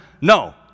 no